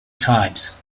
times